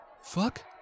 Fuck